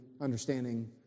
understanding